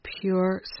pure